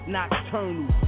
Nocturnal